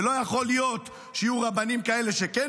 ולא יכול להיות שיהיו רבנים כאלה שכן